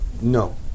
No